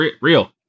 Real